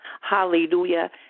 hallelujah